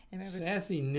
Sassy